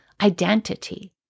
identity